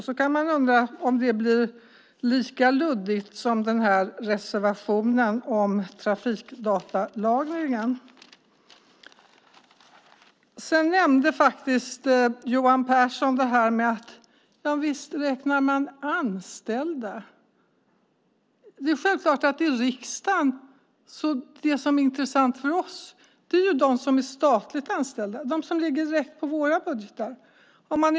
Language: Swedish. Man kan undra om det blir lika luddigt som denna reservation om trafikdatalagringen. Johan Pehrson nämnde faktiskt att man visst räknar anställda. Det är självklart att det som är intressant för oss i riksdagen är de som är statligt anställda och inbegrips i våra budgetar.